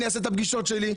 אני אעשה את הפגישות שלי,